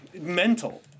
mental